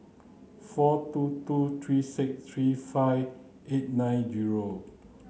four two two three six three five eight nine zero